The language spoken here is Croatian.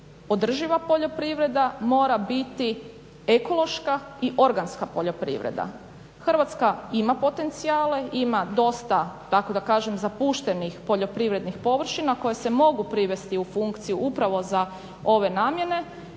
održiva poljoprivreda, mora biti ekološka i organska poljoprivreda. Hrvatska ima potencijale, ima dosta tako da kažem zapuštenih poljoprivrednih površina koje se mogu privesti u funkciju upravo za ove namjene.